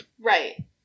Right